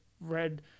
read